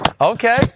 Okay